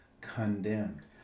condemned